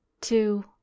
two